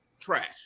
trash